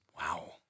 Wow